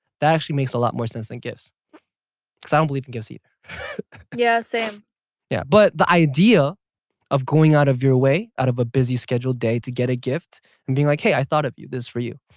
that actually makes a lot more sense than gifts cuz i don't believe in gifts either yeah, same. j yeah, but the idea of going out of your way out of a busy scheduled day to get a gift and being like hey i thought of you this for you.